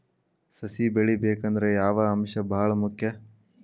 ಸಸಿ ಬೆಳಿಬೇಕಂದ್ರ ಯಾವ ಅಂಶ ಭಾಳ ಮುಖ್ಯ?